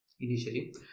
initially